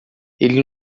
ele